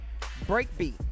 Breakbeat